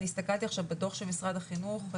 אני הסתכלתי עכשיו בדוח של משרד החינוך,